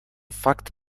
fakt